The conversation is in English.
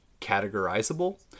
categorizable